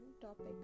topic